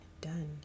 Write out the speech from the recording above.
done